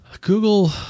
Google